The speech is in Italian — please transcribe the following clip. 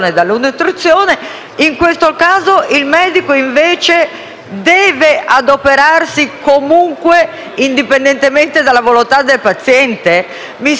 deve adoperarsi comunque, indipendentemente dalla volontà del paziente? Mi sembra tutto molto strano.